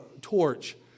torch